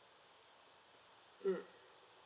mm